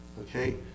Okay